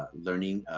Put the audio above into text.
learning